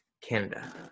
canada